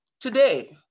Today